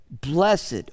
blessed